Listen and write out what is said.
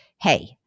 hey